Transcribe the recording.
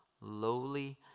lowly